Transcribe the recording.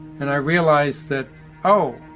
and i realized that oh,